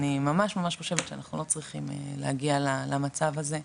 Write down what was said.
אני ממש ממש חושבת שאנחנו לא צריכים להגיע למצב הזה,